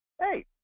hey